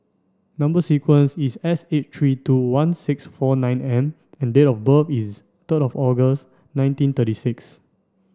number sequence is S eight three two one six four nine M and date of birth is third of August nineteen thirty six